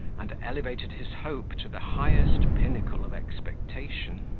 and elevated his hope to the highest pinnacle of expectation.